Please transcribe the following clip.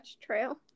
trail